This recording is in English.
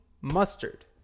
mustard